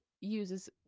uses